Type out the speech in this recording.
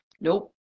Nope